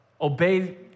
obey